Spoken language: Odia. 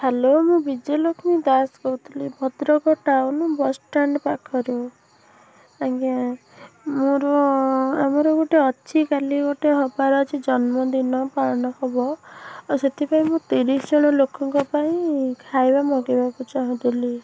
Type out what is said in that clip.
ହ୍ୟାଲୋ ମୁଁ ବିଜୟଲକ୍ଷ୍ମୀ ଦାସ୍ କହୁଥିଲି ଭଦ୍ରକ ଟାଉନ୍ ବସଷ୍ଟାଣ୍ଡ୍ ପାଖରୁ ଆଜ୍ଞା ମୋର ଆମର ଗୋଟେ ଅଛି କାଲି ଗୋଟେ ହେବାର ଅଛି ଜନ୍ମଦିନ ପାଳନ ହେବ ସେଥିପାଇଁ ମୁଁ ତିରିଶ ଜଣ ଲୋକଙ୍କ ପାଇଁ ଖାଇବା ମଗେଇବାକୁ ଚାହୁଁଥିଲି